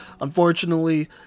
unfortunately